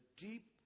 deep